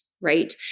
right